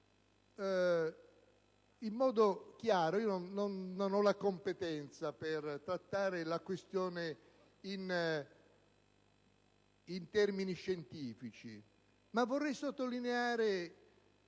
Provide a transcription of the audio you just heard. in modo chiaro: io non ho la competenza per trattare il problema in termini scientifici, ma vorrei sottolineare